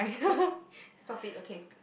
okay stop it okay